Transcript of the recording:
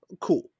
Cool